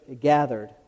gathered